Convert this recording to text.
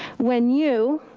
when you,